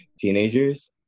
teenagers